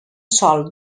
sòl